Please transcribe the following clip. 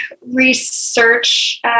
research